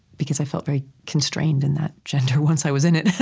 because i felt very constrained in that gender once i was in it.